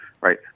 right